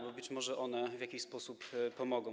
Być może one w jakiś sposób pomogą.